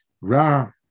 Ra